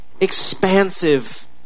expansive